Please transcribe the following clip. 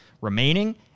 remaining